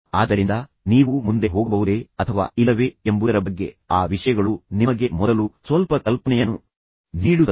ಆದ್ದರಿಂದ ನೀವು ಮುಂದೆ ಹೋಗಬಹುದೇ ಅಥವಾ ಇಲ್ಲವೇ ಎಂಬುದರ ಬಗ್ಗೆ ಆ ವಿಷಯಗಳು ನಿಮಗೆ ಮೊದಲು ಸ್ವಲ್ಪ ಕಲ್ಪನೆಯನ್ನು ನೀಡುತ್ತದೆ